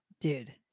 Dude